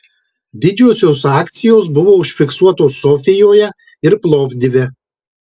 didžiausios akcijos buvo užfiksuotos sofijoje ir plovdive